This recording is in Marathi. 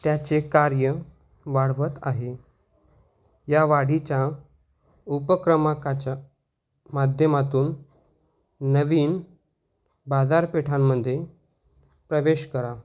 त्याचे कार्य वाढवत आहे या वाढीच्या उपक्रमकाच्या माध्यमातून नवीन बाजारपेठांमध्ये प्रवेश करा